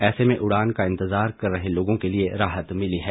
ऐसे में उड़ान का इंतजार कर रहे लोगों के लिए राहत मिली है